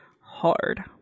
hard